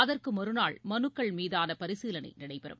அதற்கு மறுநாள் மனுக்கள் மீதான பரிசீலனை நடைபெறும்